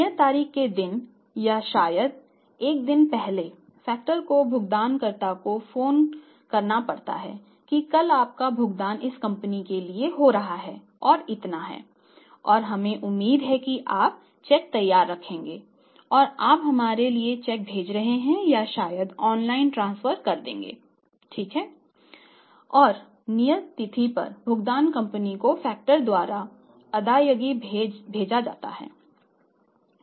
नियत तारीख के दिन या शायद एक दिन पहले फैक्टर द्वारा अदायगी भेजा जाता है